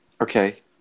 Okay